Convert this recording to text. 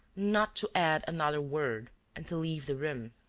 not to add another word and to leave the room.